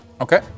Okay